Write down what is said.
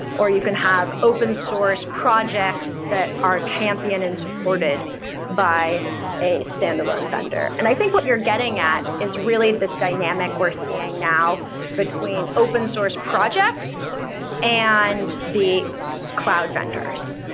or you can have open source projects that are champion and supported by a standalone vendor. and i think what you're getting at is really this dynamic we're seeing now between open source projects and the cloud vendors,